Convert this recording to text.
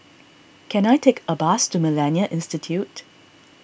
can I take a bus to Millennia Institute